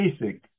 basic